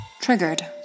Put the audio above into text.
Triggered